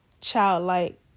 childlike